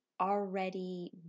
already